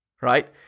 right